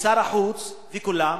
ושר החוץ, וכולם?